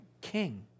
king